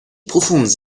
profondes